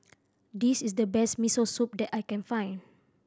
this is the best Miso Soup that I can find